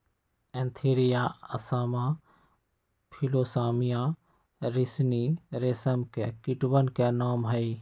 Antheraea असामा फिलोसामिया रिसिनी रेशम के कीटवन के नाम हई